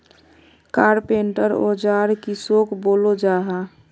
Carpenter औजार किसोक बोलो जाहा?